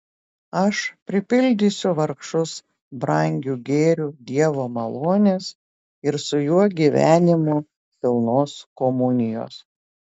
aš pripildysiu vargšus brangiu gėriu dievo malonės ir su juo gyvenimo pilnos komunijos